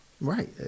Right